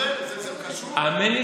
מה קשור, אם תעדיפו, אני אספר לך סיפור.